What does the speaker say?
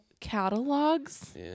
catalogs